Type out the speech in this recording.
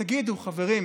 תגידו, חברים,